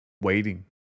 waiting